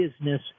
business